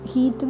Heat